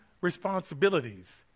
responsibilities